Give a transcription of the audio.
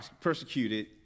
persecuted